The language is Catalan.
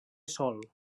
sol